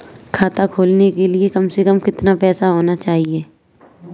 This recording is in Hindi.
खाता खोलने के लिए कम से कम कितना पैसा होना चाहिए?